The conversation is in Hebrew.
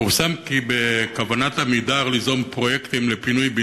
פורסם כי בכוונת "עמידר" ליזום פרויקטים לפינוי-בינוי